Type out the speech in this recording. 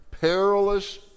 perilous